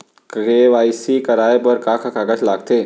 KYC कराये बर का का कागज लागथे?